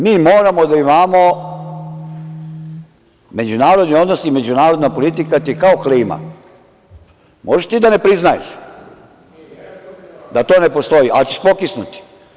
Mi moramo da imamo, međunarodni odnosi i međunarodna politika ti je kao klima, možeš ti da ne priznaješ da to ne postoji, ali ćeš pokisnuti.